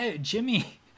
Jimmy